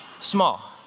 small